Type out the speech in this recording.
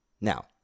now